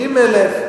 80,000,